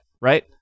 right